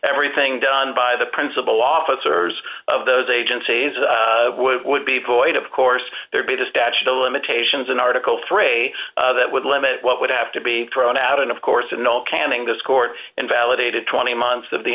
everything done by the principal officers of those agencies would would be void of course there'd be the statute of limitations in article three a that would limit what would have to be thrown out and of course a no canning this court invalidated twenty months of the